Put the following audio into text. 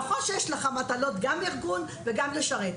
נכון שיש לך מטלות גם ארגון וגם לשרת.